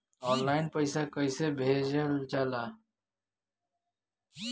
Online पैसा कैसे भेजल जाला?